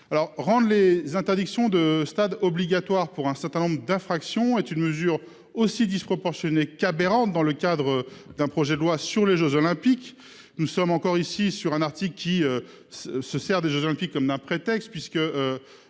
rends les interdictions de stade obligatoire pour un certain nombre d'infractions est une mesure aussi disproportionnée qu'aberrante dans le cadre d'un projet de loi sur les jeux olympiques. Nous sommes encore ici sur un article qui. Se sert des Jeux olympiques comme d'un prétexte,